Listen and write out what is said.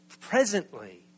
presently